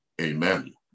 amen